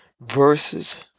verses